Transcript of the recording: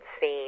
scene